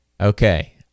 Okay